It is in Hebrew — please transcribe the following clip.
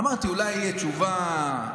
אמרתי, אולי תהיה תשובה,